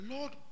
Lord